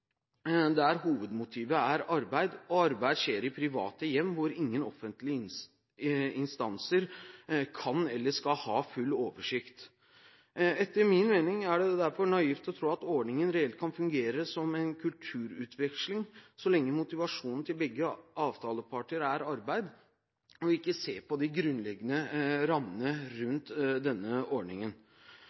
der hovedmotivet er arbeid, og arbeid skjer i private hjem hvor ingen offentlige instanser kan eller skal ha full oversikt. Etter min mening er det derfor naivt å tro at ordningen reelt kan fungere som en kulturutveksling så lenge motivasjonen til begge avtaleparter er arbeid, og man ikke ser på de grunnleggende rammene rundt denne ordningen.